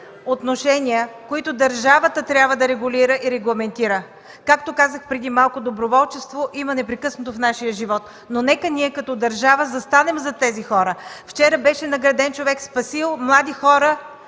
отношения, които държавата трябва да регулира и регламентира. Както казах преди малко, доброволчество има непрекъснато в нашия живот, но нека ние като държава застанем зад тези хора! Вчера беше награден човек, спасил млади хора